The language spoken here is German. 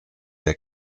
der